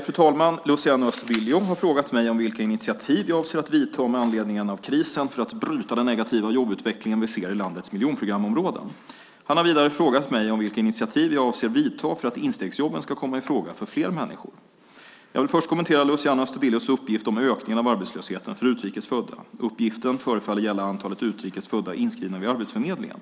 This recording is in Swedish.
Fru talman! Luciano Astudillo har frågat mig vilka initiativ jag avser att vidta med anledning av krisen för att bryta den negativa jobbutveckling vi ser i landets miljonprogramsområden. Han har vidare frågat mig vilka initiativ jag avser att vidta för att instegsjobben ska komma i fråga för fler människor. Jag vill först kommentera Luciano Astudillos uppgift om ökningen av arbetslösheten för utrikes födda. Uppgiften förefaller gälla antalet utrikes födda inskrivna vid Arbetsförmedlingen.